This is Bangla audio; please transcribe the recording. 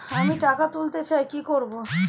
আমি টাকা তুলতে চাই কি করব?